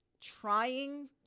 trying